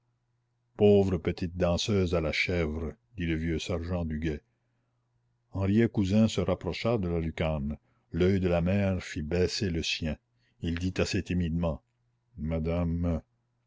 pauvre petite danseuse à la chèvre dit le vieux sergent du guet henriet cousin se rapprocha de la lucarne l'oeil de la mère fit baisser le sien il dit assez timidement madame